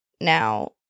now